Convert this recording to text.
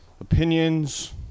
Opinions